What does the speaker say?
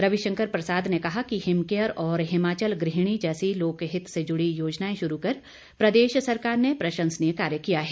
रविशंकर प्रसाद ने कहा कि हिमकेयर और हिमाचल गृहिणी जैसी लोकहित से जुड़ी योजनाएं शुरू कर प्रदेश सरकार ने प्रशंसनीय कार्य किया है